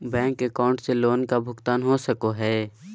Bank account से loan का भुगतान हो सको हई?